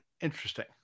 Interesting